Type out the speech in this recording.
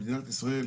על מדינת ישראל,